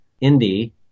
Indy